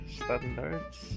standards